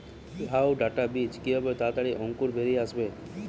লাউ ডাটা বীজ কিভাবে তাড়াতাড়ি অঙ্কুর বেরিয়ে আসবে?